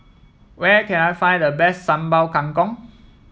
where can I find the best Sambal Kangkong